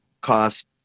cost